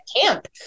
camp